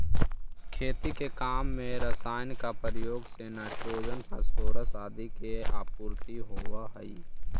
खेती के काम में रसायन के प्रयोग से नाइट्रोजन, फॉस्फोरस आदि के आपूर्ति होवऽ हई